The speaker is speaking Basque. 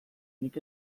nik